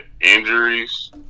injuries